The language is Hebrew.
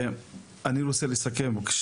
אנחנו עוסקים בהנחלה של תרבות.